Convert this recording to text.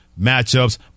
matchups